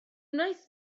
wnaeth